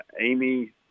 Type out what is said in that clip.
Amy